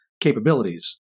capabilities